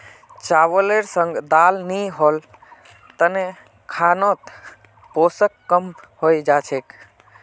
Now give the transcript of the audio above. चावलेर संग दाल नी होल तने खानोत पोषण कम हई जा छेक